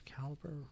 caliber